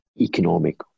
economic